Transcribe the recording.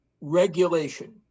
regulation